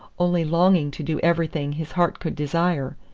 only longing to do everything his heart could desire!